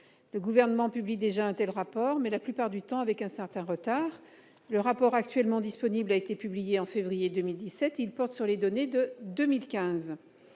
Le Gouvernement publie déjà un tel rapport, mais il le fait, la plupart du temps, avec un certain retard. Le rapport actuellement disponible a été publié en février 2017 et il porte sur les données de 2015